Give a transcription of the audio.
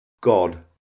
God